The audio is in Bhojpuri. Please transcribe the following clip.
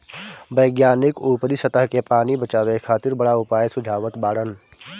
वैज्ञानिक ऊपरी सतह के पानी बचावे खातिर बड़ा उपाय सुझावत बाड़न